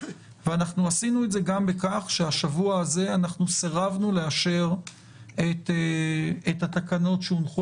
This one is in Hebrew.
ועשינו את זה גם בכך שהשבוע סירבנו לאשר את התקנות שהונחו